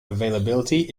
availability